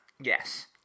Yes